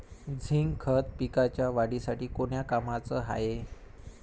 Zinc खत पिकाच्या वाढीसाठी कोन्या कामाचं हाये?